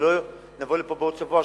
שלא נבוא לפה בעוד שבוע-שבועיים,